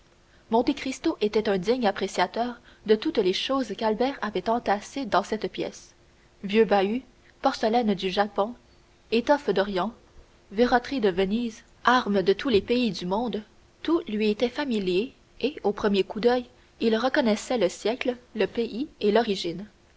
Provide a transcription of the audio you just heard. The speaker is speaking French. prédilection monte cristo était un digne appréciateur de toutes les choses qu'albert avait entassées dans cette pièce vieux bahuts porcelaines du japon étoffes d'orient verroteries de venise armes de tous les pays du monde tout lui était familier et au premier coup d'oeil il reconnaissait le siècle le pays et l'origine